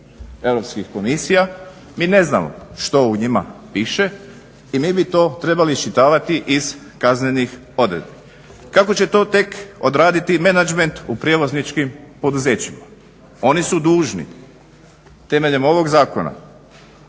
uredbe EU komisija, mi ne znamo što u njima piše i mi bi to trebali iščitavati iz kaznenih odredbi. Kako će to tek odraditi menadžment u prijevozničkim poduzećima? Oni su dužni temeljem ovog zakona